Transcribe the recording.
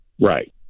Right